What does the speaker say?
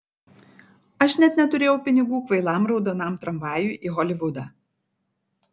aš net neturėjau pinigų kvailam raudonam tramvajui į holivudą